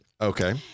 Okay